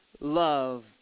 love